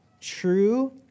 true